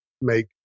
make